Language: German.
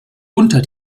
unter